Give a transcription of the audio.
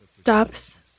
stops